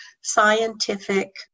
scientific